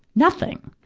nothing!